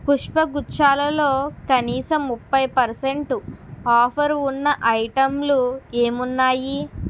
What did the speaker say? పుష్పగుచ్చాలలో కనీసం ముప్పై percent offer ఉన్న ఐటెంలు ఏమున్నాయి